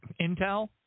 intel